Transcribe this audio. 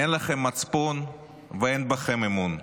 אין לכם מצפון ואין בכם אמון.